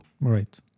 Right